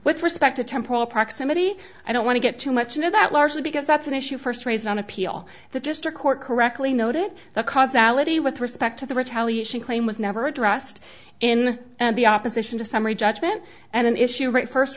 with respect to temporal proximity i don't want to get too much into that largely because that's an issue first raised on appeal the district court correctly noted the causality with respect to the retaliation claim was never addressed in the opposition to summary judgment and an issue right first